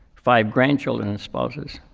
five grandchildren and spouses,